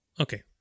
Okay